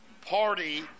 Party